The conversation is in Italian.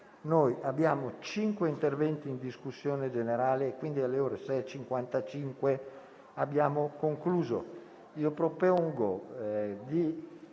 Abbiamo cinque interventi in discussione generale, quindi alle ore 18,55 avremmo concluso